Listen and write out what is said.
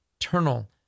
eternal